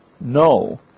no